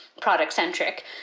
product-centric